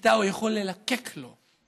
שאיתה הוא יכול ללקק לו.